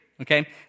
okay